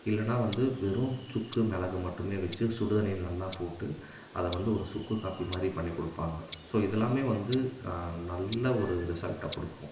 இல்லைனா வந்து வெறும் சுக்கு மிளகு மட்டுமே வச்சு சுடுதண்ணியில் நல்லா போட்டு அதைவந்து ஒரு சுக்கு காபி மாதிரி பண்ணி கொடுப்பாங்க ஸோ இதெல்லாமே வந்து நல்ல ஒரு ரிசல்ட்டை கொடுக்கும்